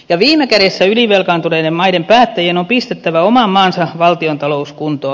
viime kädessä ylivelkaantuneiden maiden päättäjien on pistettävä oman maansa valtiontalous kuntoon